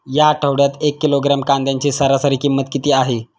या आठवड्यात एक किलोग्रॅम कांद्याची सरासरी किंमत किती आहे?